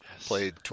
played